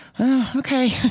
okay